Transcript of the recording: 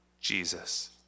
Jesus